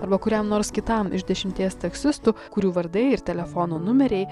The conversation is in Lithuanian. arba kuriam nors kitam iš dešimties taksistų kurių vardai ir telefono numeriai